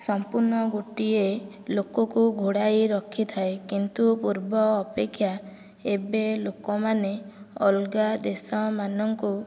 ସମ୍ପୂର୍ଣ୍ଣ ଗୋଟିଏ ଲୋକକୁ ଘୋଡ଼ାଇ ରଖିଥାଏ କିନ୍ତୁ ପୂର୍ବ ଅପେକ୍ଷା ଏବେ ଲୋକମାନେ ଅଲଗା ଦେଶମାନଙ୍କୁ